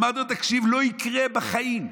אמרתי לו: תקשיב, לא יקרה בחיים,